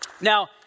Now